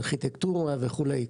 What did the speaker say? ארכיטקטורה וכולי.